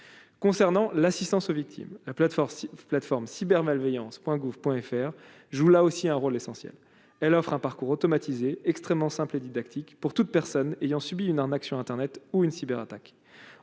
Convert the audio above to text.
concernant l'assistance aux victimes, la plateforme plateforme cyber malveillances Point gouv Point FR je là aussi un rôle essentiel, elle offre un parcours automatisée extrêmement simple et didactique pour toute personne ayant subi une action Internet ou une cyberattaque